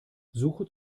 suche